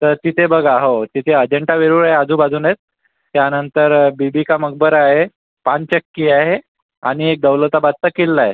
तर तिथे बघा हो तिथे अजिंठा वेरूळ आहे आजूबाजूनेच त्यानंतर बीबी का मकबरा आहे पाणचक्की आहे आणि एक दौलताबादचा किल्लाय